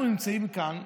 אנחנו נמצאים כאן,